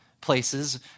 places